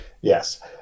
Yes